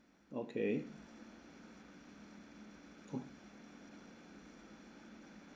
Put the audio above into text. okay